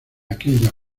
aquella